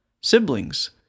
Siblings